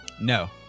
No